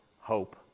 hope